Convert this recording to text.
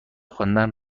خواندن